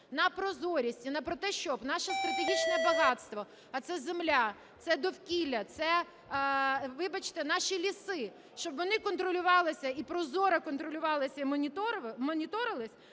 на прозорість, на те, щоб наша стратегічне багатство, а це земля, це довкілля, це, вибачте, наші ліси, щоб вони контролювалися, і прозоро контролювалися і моніторились,